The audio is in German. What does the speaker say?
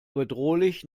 bedrohlich